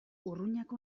urruñako